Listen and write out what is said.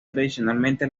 tradicionalmente